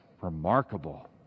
remarkable